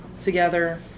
together